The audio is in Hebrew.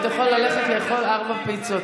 אתה יכול ללכת לאכול ארבע פיצות,